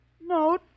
No